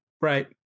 right